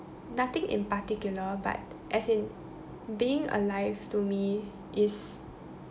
nothing in particular but as in being alive to me is